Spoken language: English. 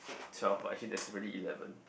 twelve but actually there's eleven